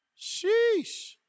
Sheesh